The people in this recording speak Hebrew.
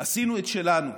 עשינו את שלנו,